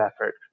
effort